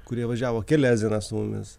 kurie važiavo kelias dienas su mumis